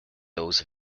those